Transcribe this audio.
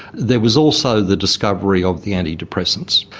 there was also the discovery of the antidepressants.